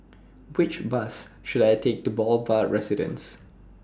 Which Bus should I Take to The Boulevard Residence